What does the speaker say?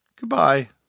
Goodbye